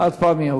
חד-פעמי.